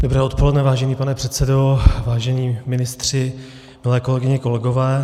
Dobré odpoledne, vážený pane předsedo, vážení ministři, milé kolegyně, kolegové.